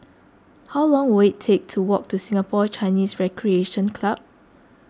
how long will it take to walk to Singapore Chinese Recreation Club